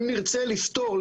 אם נרצה לפתור,